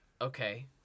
Okay